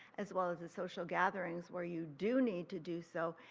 as well as the social gatherings where you do need to do so,